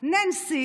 ננסי